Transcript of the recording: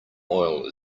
oil